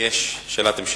יש שאלת המשך.